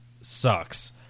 sucks